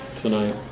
tonight